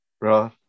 Right